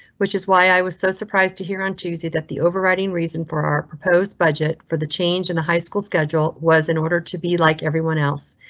which is why i was so surprised to hear on tuesday that the overriding reason for our proposed budget for the change in the high school schedule was in order to be, like everyone else,